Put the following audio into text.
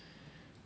!hannor!